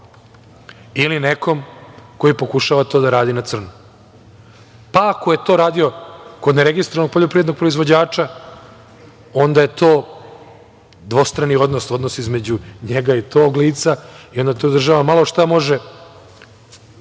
ili nekom ko pokušava to da radi na crno. Ako je to radio kod neregistrovanog poljoprivrednog proizvođača, onda je to dvostrani odnos, odnos između njega i tog lica i onda tu država malo šta može